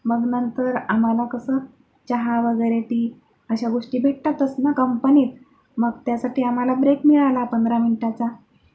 मग नंतर आम्हाला कसं चहा वगैरे टी अशा गोष्टी भेटतातच ना कंपनीत मग त्यासाठी आम्हाला ब्रेक मिळाला पंधरा मिनिटाचा